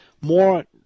more